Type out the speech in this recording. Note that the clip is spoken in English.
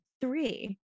three